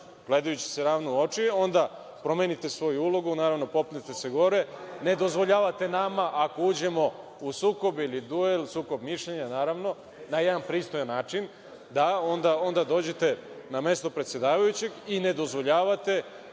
gledajući se ravno u oči, onda promenite svoju ulogu, naravno popnete se gore, ne dozvoljavate nama, ako uđemo u sukob mišljenja ili duel, sukob mišljenja, na jedan pristojan način, da onda dođete na mesto predsedavajućeg i ne dozvoljavate